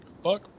Fuck